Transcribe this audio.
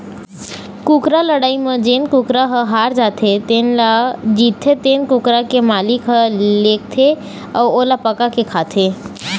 कुकरा लड़ई म जेन कुकरा ह हार जाथे तेन ल जीतथे तेन कुकरा के मालिक ह लेगथे अउ ओला पकाके खाथे